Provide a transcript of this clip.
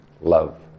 love